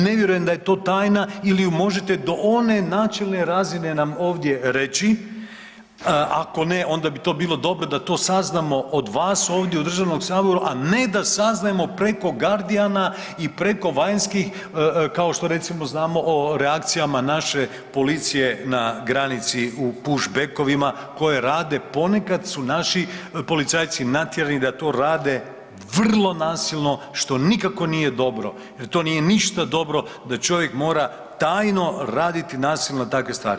Ne vjerujem da je to tajna ili ju možete do one načelne razine nam ovdje reći, ako ne onda bi to bilo dobro da to saznamo od vas ovdje u državnom saboru, a ne da saznajemo preko GUARDIAN-a i preko vanjskih, kao što recimo znamo o reakcijama naše policije na granici u „puš-bekovima“ koje rade, ponekad su naši policajci natjerani da to rade vrlo nasilno, što nikako nije dobro jer to nije ništa dobro da čovjek mora tajno raditi nasilno takve stvari.